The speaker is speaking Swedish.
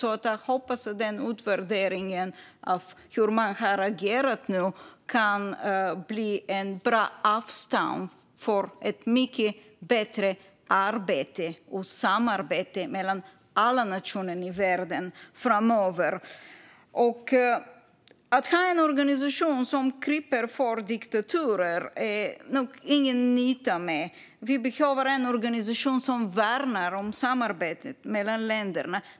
Jag hoppas därför att den utvärdering av hur man har agerat nu kan bli ett bra avstamp för ett mycket bättre arbete och samarbete mellan alla nationer i världen framöver. Att ha en organisation som kryper för diktaturer är det ingen nytta med. Vi behöver en organisation som värnar om samarbetet mellan länderna.